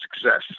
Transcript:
success